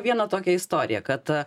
vieną tokią istoriją kad